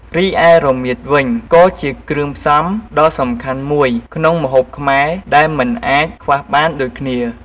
រីឯរមៀតវិញ ក៏ជាគ្រឿងផ្សំដ៏សំខាន់មួយក្នុងម្ហូបខ្មែរដែលមិនអាចខ្វះបានដូចគ្នា។